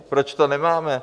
Proč to nemáme?